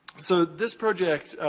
so, this project,